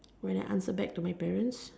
will I answer back to my parents